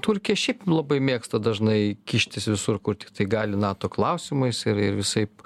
turkija šiaip labai mėgsta dažnai kištis visur kur tik gali nato klausimais ir ir visaip